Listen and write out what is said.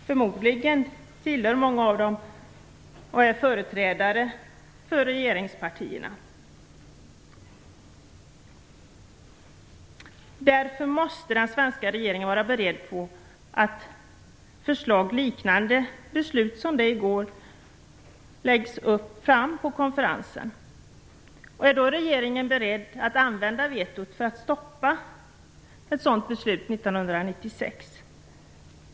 Förmodligen är många av ledamöterna företrädare för regeringspartierna. Den svenska regeringen måste därför vara beredd på att liknande förslag som det man i går fattade beslut om läggs fram på konferensen. Är regeringen beredd att använda vetot för att stoppa ett sådant beslut 1996?